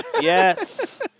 Yes